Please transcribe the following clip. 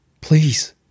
Please